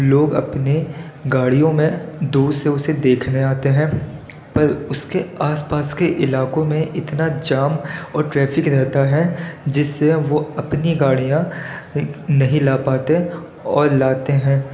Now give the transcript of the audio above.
لوگ اپنے گاڑیوں میں دور سے اسے دیکھنے آتے ہیں پر اس کے آس پاس کے علاقوں میں اتنا جام اور ٹریفک رہتا ہے جس سے وہ اپنی گاڑیاں نہیں لا پاتے اور لاتے ہیں